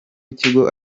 ikigo